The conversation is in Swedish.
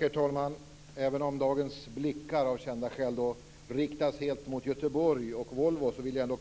Herr talman! Även om dagens blickar av kända skäl riktas mot Göteborg och Volvo, vill jag